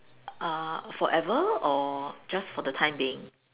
uh forever or just for the time being